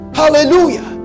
hallelujah